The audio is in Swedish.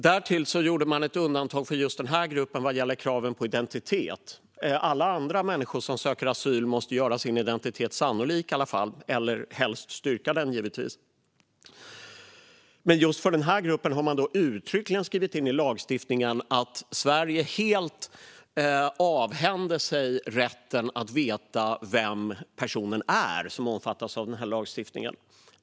Därtill gjordes ett undantag för just den här gruppen vad gällde kraven på identitet. Alla andra människor som söker asyl måste göra sin identitet sannolik eller helst styrka den, men just för den här gruppen har man uttryckligen skrivit in i lagstiftningen att Sverige helt avhänder sig rätten att veta vem personen som omfattas av den här lagstiftningen är.